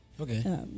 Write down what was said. Okay